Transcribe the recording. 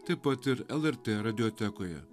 taip pat ir lrt radiotekoje